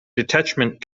detachment